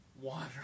water